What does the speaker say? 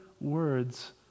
words